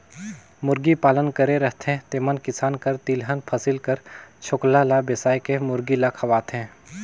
मुरगी पालन करे रहथें तेमन किसान कर तिलहन फसिल कर छोकला ल बेसाए के मुरगी ल खवाथें